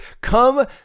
Come